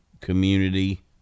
community